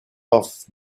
off